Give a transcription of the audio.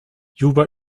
juba